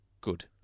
good